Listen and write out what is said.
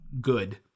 good